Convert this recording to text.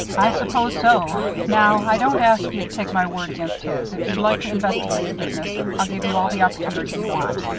i suppose so. now, i don't ask you to take my word against his. if you'd like to investigate the business, i'll give you all the opportunity you want.